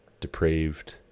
depraved